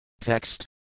Text